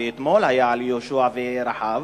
ואתמול היה על יהושע ורחב,